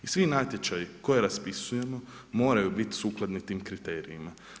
I svi natječaji koje raspisujemo moraju biti sukladni tim kriterijima.